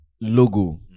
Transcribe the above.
logo